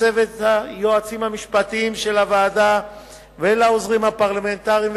לצוות היועצים המשפטיים של הוועדה ולעוזרים הפרלמנטריים,